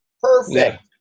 Perfect